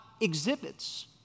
exhibits